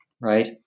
right